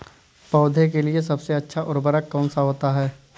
पौधे के लिए सबसे अच्छा उर्वरक कौन सा होता है?